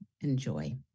enjoy